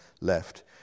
left